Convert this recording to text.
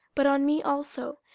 but on me also,